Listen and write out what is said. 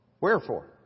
Wherefore